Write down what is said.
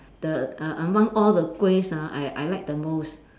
the uh among all the kuehs ah I I like the most